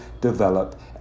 develop